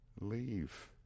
leave